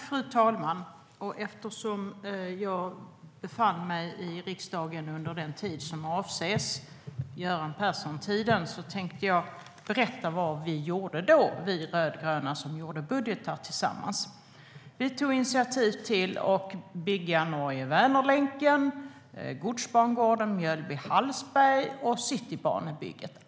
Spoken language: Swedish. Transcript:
Fru talman! Eftersom jag befann mig i riksdagen under den tid som avses, alltså Göran Persson-tiden, tänkte jag berätta vad vi rödgröna som gjorde budgetar tillsammans gjorde då. Vi tog initiativ till att bygga Norge-Vänernlänken, godsbangården Mjölby-Hallsberg och Citybanan.